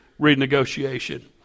renegotiation